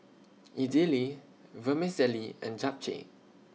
Idili Vermicelli and Japchae